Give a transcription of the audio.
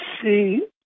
see